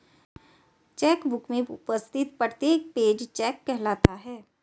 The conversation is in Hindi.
चेक बुक में उपस्थित प्रत्येक पेज चेक कहलाता है